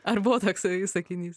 ar buvo toksai sakinys